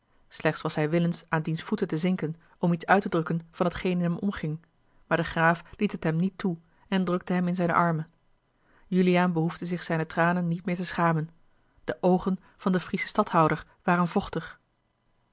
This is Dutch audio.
slechts was hij willens aan diens voeten te zinken om iets uit te drukken van t geen in hem omging maar de graaf liet het hem niet toe en drukte hem in zijne armen juliaan behoefde zich zijne tranen niet meer te schamen de oogen van den frieschen stadhouder waren vochtig